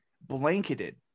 blanketed